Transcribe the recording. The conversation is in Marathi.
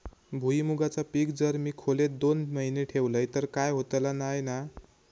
भुईमूगाचा पीक जर मी खोलेत दोन महिने ठेवलंय तर काय होतला नाय ना?